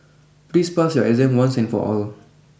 please pass your exam once and for all